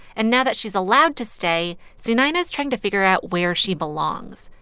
and now that she's allowed to stay, sunayana's trying to figure out where she belongs,